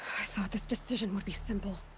i thought this decision would be simple.